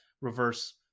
reverse